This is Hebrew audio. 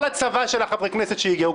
כל הצבא של חברי הכנסת שהגיעו.